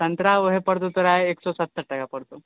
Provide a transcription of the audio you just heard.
सन्तरा उएहे पड़तौ तोरा एक सए सत्तरि टाका पड़तौ